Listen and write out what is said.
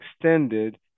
extended